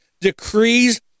decrees